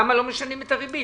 למה לא משנים את הריבית?